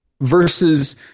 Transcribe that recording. Versus